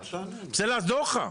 אני מנסה לעזור לך.